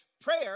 prayer